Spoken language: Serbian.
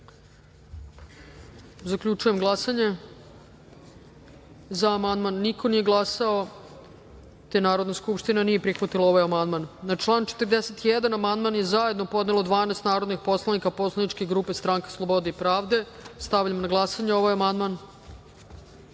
amandman. Zaključujem glasanje: za – niko nije glasao. Narodna skupština nije prihvatila amandman. Na član 41. amandman je zajedno podnelo 12 narodnih poslanika poslaničke grupe Stranka slobode i pravde. Stavljam na glasanje ovaj